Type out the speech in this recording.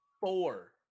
four